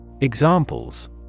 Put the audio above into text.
Examples